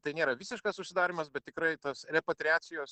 tai nėra visiškas užsidarymas bet tikrai tas repatriacijos